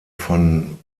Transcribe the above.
von